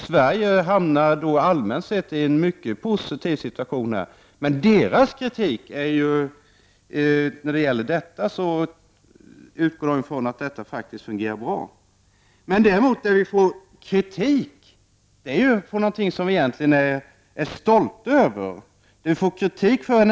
Sverige får allmänt sett en mycket positiv ställning i denna bedömning. Man konstaterar alltså att detta fungerar bra i Sverige. Det vi får kritik för är någonting som vi egentligen är stolta över.